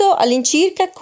all'incirca